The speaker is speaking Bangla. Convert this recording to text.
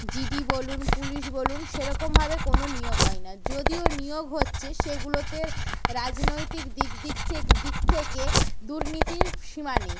জিডি বলুন পুলিশ বলুন সেরকমভাবে কোনো নিয়োগ হয় না যদিও নিয়োগ হচ্ছে সেগুলোতে রাজনৈতিক দিক দিক থেক দিক থেকে দুর্নীতির সীমা নেই